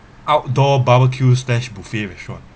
outdoor barbecue stashed buffet restaurant